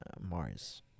Mars